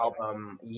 album